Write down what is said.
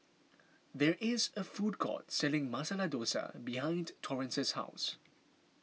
there is a food court selling Masala Dosa behind Torrence's house